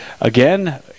Again